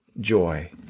joy